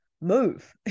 move